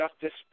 Justice